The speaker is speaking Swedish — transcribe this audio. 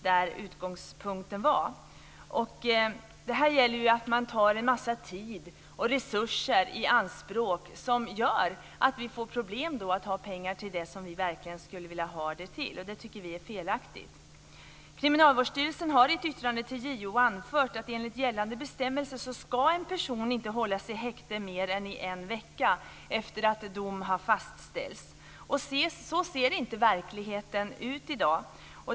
Detta tar en massa tid och resurser i anspråk som gör att vi får problem med att ha pengar till det som vi verkligen skulle vilja ha dem till. Det tycker vi är felaktigt. Kriminalvårdsstyrelsen har i ett yttrande till JO anfört att en person enligt gällande bestämmelser inte ska hållas i häkte mer än en vecka efter att dom har fastställts. Men så ser inte verkligheten ut i dag.